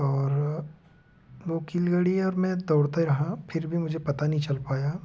और वो कील गड़ी और मैं दौड़ते रहा फिर भी मुझे पता नहीं चल पाया